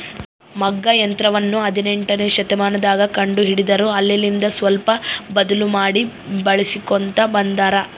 ಮಗ್ಗ ಯಂತ್ರವನ್ನ ಹದಿನೆಂಟನೆಯ ಶತಮಾನದಗ ಕಂಡು ಹಿಡಿದರು ಅಲ್ಲೆಲಿಂದ ಸ್ವಲ್ಪ ಬದ್ಲು ಮಾಡಿ ಬಳಿಸ್ಕೊಂತ ಬಂದಾರ